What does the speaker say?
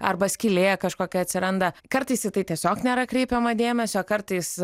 arba skylė kažkokia atsiranda kartais į tai tiesiog nėra kreipiama dėmesio kartais